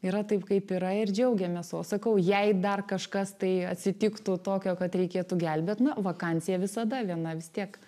yra taip kaip yra ir džiaugiamės o sakau jei dar kažkas tai atsitiktų tokio kad reikėtų gelbėt na vakansija visada viena vis tiek